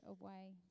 away